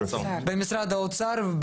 במשרד האוצר,